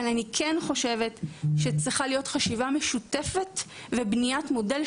אבל אני כן חושבת שצריכה להיות גם חשיבה משותפת וגם בניית מודל,